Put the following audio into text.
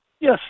Yes